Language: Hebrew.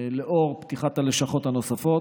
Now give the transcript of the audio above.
לאור פתיחת הלשכות הנוספות.